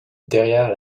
derrière